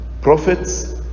prophets